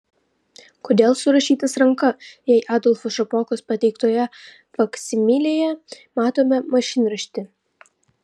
kodėl surašytas ranka jei adolfo šapokos pateiktoje faksimilėje matome mašinraštį